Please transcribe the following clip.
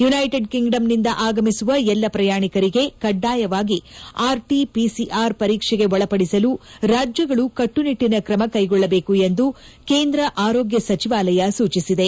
United ಕಿಂಗ್ಡಂನಿಂದ ಆಗಮಿಸುವ ಎಲ್ಲ ಪ್ರಯಾಣಿಕರಿಗೆ ಕಡ್ಡಾಯವಾಗಿ ಆರ್ಟ ಪಿಸಿಆರ್ ಪರೀಕ್ಷೆಗೆ ಒಳಪಡಿಸಲು ರಾಜ್ಯಗಳು ಕಟ್ಟುನಿಟ್ಟನ ಕ್ರಮ ಕೈಗೊಳ್ಳಬೇಕು ಎಂದು ಕೇಂದ್ರ ಆರೋಗ್ಯ ಸಚಿವಾಲಯ ಸೂಚಿಸಿದೆ